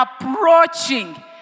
approaching